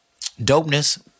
dopeness